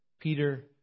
Peter